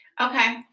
Okay